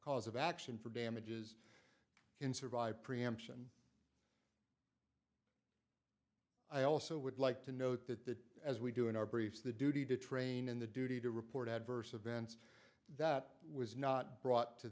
cause of action for damages can survive preemption i also would like to note that as we do in our briefs the duty to train in the duty to report adverse events that was not brought to